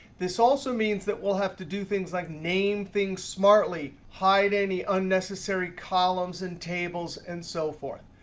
this also means that we'll have to do things like name things smartly, hide any unnecessary columns and tables, and so forth.